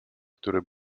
które